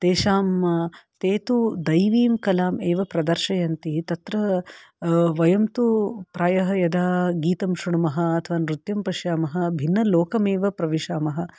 तेषां ते तु दैवीं कलाम् एव प्रदर्शयन्ति तत्र वयं तु प्रायः यदा गीतं श्रुणुमः अथवा नृत्यं पश्यामः भिन्नलोकमेव प्रविशामः